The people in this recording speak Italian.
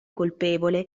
colpevole